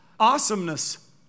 awesomeness